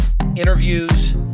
interviews